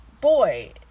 boy